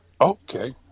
Okay